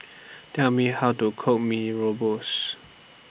Tell Me How to Cook Mee Rebus